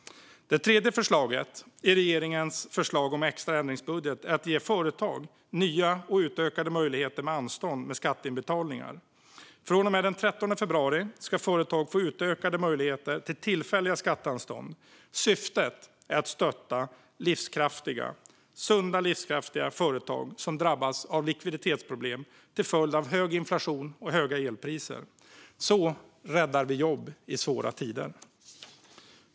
Det tredje förslaget i regeringens förslag till extra ändringsbudget att ge företag nya och utökade möjligheter till anstånd med skatteinbetalning. Från och med den 13 februari ska företag få utökade möjligheter till tillfälliga skatteanstånd. Syftet är att stötta sunda och livskraftiga företag som drabbas av likviditetsproblem till följd av hög inflation och höga elpriser. Så räddar vi jobb i svåra tider.